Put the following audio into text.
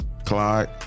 Clyde